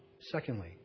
secondly